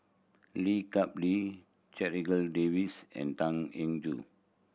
Lee Kap Lee Checha Davies and Tan Eng Joo